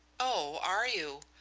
oh, are you?